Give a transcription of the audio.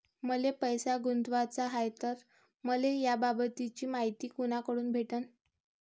मले पैसा गुंतवाचा हाय तर मले याबाबतीची मायती कुनाकडून भेटन?